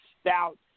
stout